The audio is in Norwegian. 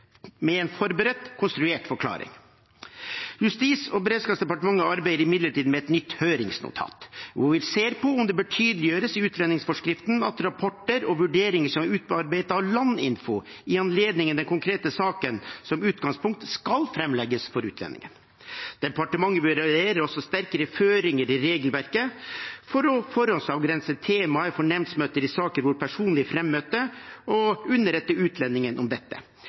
med en forberedt konstruert forklaring. Justis- og beredskapsdepartementet arbeider imidlertid med et nytt høringsnotat, hvor vi ser på om det bør tydeliggjøres i utlendingsforskriften at rapporter og vurderinger som er utarbeidet av Landinfo i anledning den konkrete saken, som utgangspunkt skal framlegges for utlendingen. Departementet bør også gi sterkere føringer i regelverket for å forhåndsavgrense temaet for nemndmøter i saker hvor det er personlig frammøte og underrette utlendingen om dette.